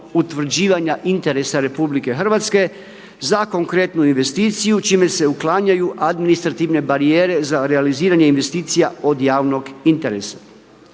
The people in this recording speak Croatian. utvrđivanja interesa RH za konkretnu investiciju čime se uklanjaju administrativne barijere za realiziranje investicija od javnog interesa.